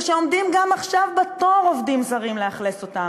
ושעומדים גם עכשיו בתור עובדים זרים לאכלס אותם.